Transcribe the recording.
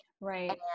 Right